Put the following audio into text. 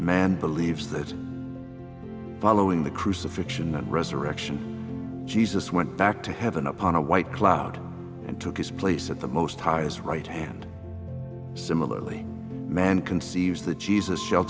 man believes that following the crucifixion and resurrection jesus went back to heaven upon a white cloud and took his place at the most high is right hand similarly man conceives that jesus shall